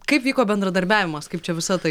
kaip vyko bendradarbiavimas kaip čia visa tai